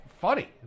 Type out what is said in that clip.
Funny